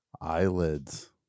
Eyelids